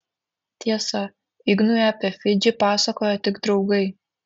tiesa ignui apie fidžį pasakojo tik draugai